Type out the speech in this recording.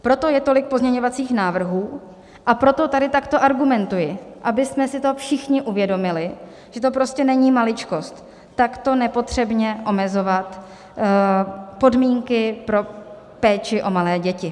Proto je tolik pozměňovacích návrhů a proto tady takto argumentuji, abychom si to všichni uvědomili, že to prostě není maličkost takto nepotřebně omezovat podmínky pro péči o malé děti.